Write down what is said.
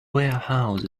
warehouse